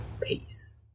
Peace